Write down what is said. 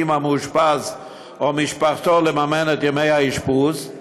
המאושפז או משפחתו לממן את ימי האשפוז.